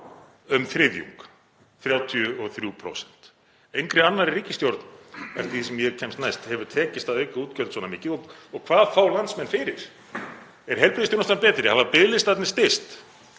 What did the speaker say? um þriðjung, 33%. Engri annarri ríkisstjórn, eftir því sem ég kemst næst, hefur tekist að auka útgjöld svona mikið. Og hvað fá landsmenn fyrir? Er heilbrigðisþjónustan betri? Hafa biðlistarnir styst?